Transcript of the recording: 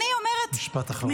משפט אחרון.